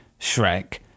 Shrek